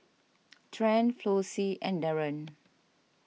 Trent Flossie and Daren